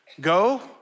go